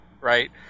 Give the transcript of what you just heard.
Right